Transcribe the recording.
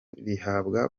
rihabwa